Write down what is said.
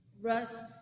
Russ